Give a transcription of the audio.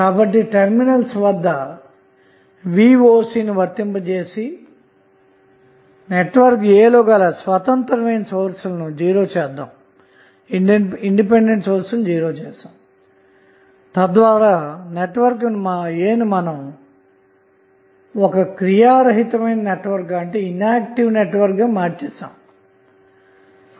కాబట్టి టెర్మినల్స్ వద్ద voc వర్తింపజేసి నెట్వర్క్ A లో గల ఇతర స్వతంత్ర సోర్స్ లను '0' చేద్దాము తద్వారా నెట్వర్క్ A ను ఇనేక్టీవ్ నెట్వర్క్ చేశామన్నమాట